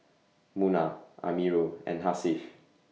Munah Amirul and Hasif